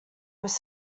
was